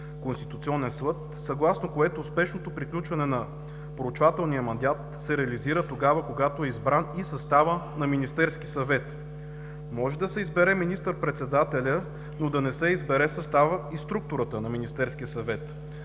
Конституционния съд, съгласно което успешното приключване на проучвателния мандат се реализира тогава, когато е избран и съставът на Министерския съвет. Може да се избере министър-председателят, но да не се избере съставът и структурата на Министерския съвет.